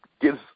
gives